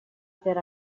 per